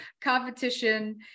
competition